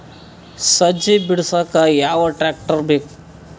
ಸಜ್ಜಿ ಬಿಡಸಕ ಯಾವ್ ಟ್ರ್ಯಾಕ್ಟರ್ ಬೇಕು?